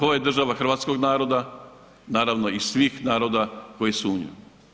Ovo je država hrvatskog naroda naravno i svih naroda koji su u njoj.